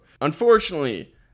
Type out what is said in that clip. Unfortunately